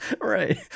Right